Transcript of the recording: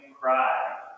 cry